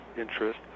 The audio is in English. interest